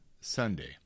Sunday